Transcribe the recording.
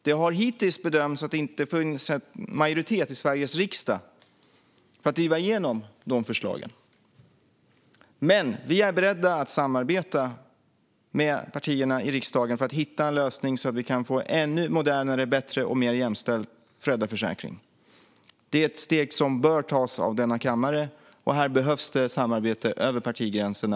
Det har hittills bedömts att det inte har funnits en majoritet i Sveriges riksdag för att driva igenom dessa förslag, men vi är beredda att samarbeta med partierna i riksdagen för att hitta en lösning så att vi kan få en ännu modernare, bättre och mer jämställd föräldraförsäkring. Detta är ett steg som bör tas av denna kammare. Här behövs det samarbete över partigränserna.